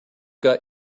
got